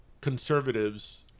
conservatives